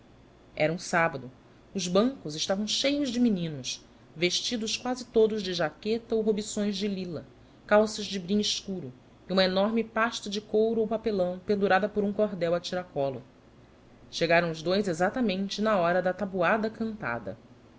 em um sabbado os bancos estavam cheios de meninos vestidos quasi todos de jaqueta ou rohições de lila calças de brim escuro e uma enorme pasta de couro ou papelão pendurada por um cordel a tiracollo chegaram os dois exactamente na hora da taboada cantada